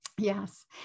Yes